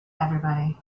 everybody